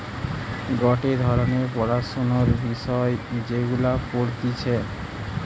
গটে ধরণের পড়াশোনার বিষয় যেগুলা পড়তিছে